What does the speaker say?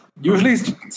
Usually